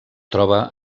troba